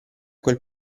quel